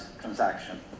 transaction